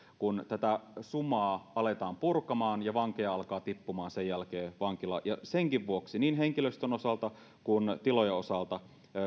kun tätä sumaa aletaan purkamaan ja vankeja alkaa tippumaan sen jälkeen vankilaan ja senkin vuoksi niin henkilöstön kuin tilojen osalta